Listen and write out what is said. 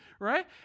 right